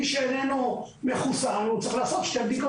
אם איציק נמצא אתנו, הוא יכול לומר במדויק.